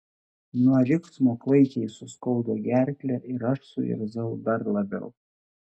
nuo riksmo klaikiai suskaudo gerklę ir aš suirzau dar labiau